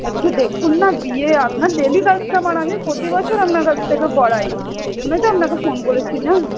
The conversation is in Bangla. একটু দেখুন না বিয়ে আপনার ডেলি কাস্টমার আমি প্রতি বছর আপনার কাছ থেকে করাই এই জন্যই তো আপনাকে ফোন করেছি না